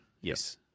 Yes